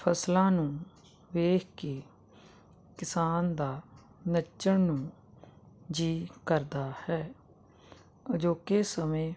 ਫਸਲਾਂ ਨੂੰ ਵੇਖ ਕੇ ਕਿਸਾਨ ਦਾ ਨੱਚਣ ਨੂੰ ਜੀਅ ਕਰਦਾ ਹੈ ਅਜੋਕੇ ਸਮੇਂ